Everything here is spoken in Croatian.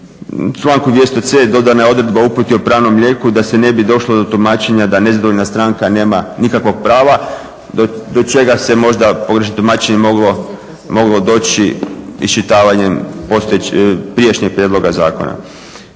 članku 200.c dodana je odredba o uputi o pravnom lijeku, da se ne bi došlo do tumačenja da nezadovoljna stranka nema nikakvog prava do čega se možda pogrešnim tumačenjem moglo doći iščitavanjem prijašnjeg prijedloga zakona.